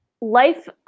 life